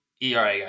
ERA